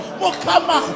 mukama